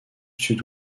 sud